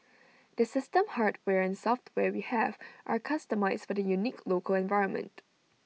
the system hardware and software we have are customised for the unique local environment